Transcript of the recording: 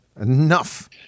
Enough